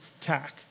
tack